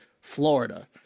Florida